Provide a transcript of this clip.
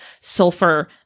sulfur